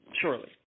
surely